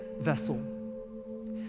vessel